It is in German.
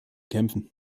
kämpfen